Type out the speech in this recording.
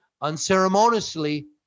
unceremoniously